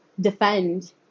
defend